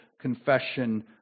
confession